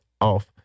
off